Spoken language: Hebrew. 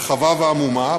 רחבה ועמומה,